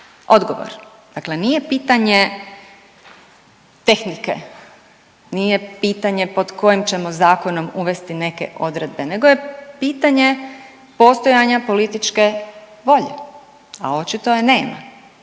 odgovor, dakle nije pitanje tehnike, nije pitanje pod kojim ćemo zakonom uvesti neke odredbe nego je pitanje postojanja političke volje, a očito je nema